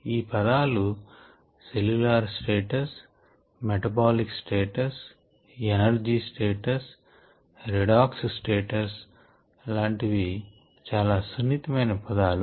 ఈ పదాలు cellular status metabolic status energy status redox status లాంటివి చాలా సున్నితమైన పదాలు